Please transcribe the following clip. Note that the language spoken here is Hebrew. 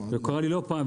קרה לי לא פעם,